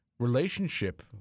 relationship